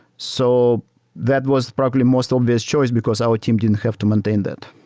so that was probably most obvious choice, because our team didn't have to maintain that.